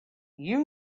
you